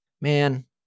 man